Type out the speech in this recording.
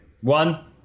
One